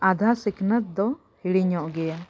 ᱟᱫᱷᱟ ᱥᱤᱠᱷᱱᱟᱹᱛ ᱫᱚ ᱦᱤᱲᱤᱧᱚᱜ ᱜᱮᱭᱟ